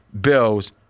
Bills